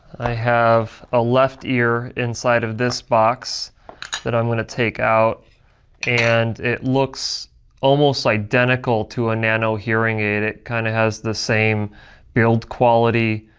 i have a left ear inside of this box that i'm going to take out and it looks almost identical to a nano hearing aid. it kind of has the same build quality,